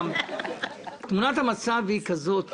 תמונת המצב היא כזאת,